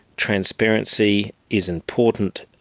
transparency is important.